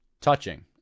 touching